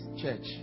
church